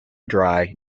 dry